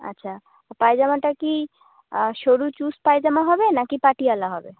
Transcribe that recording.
আচ্ছা পায়জামাটা কি সরু চুস পায়জামা হবে নাকি পাতিয়ালা হবে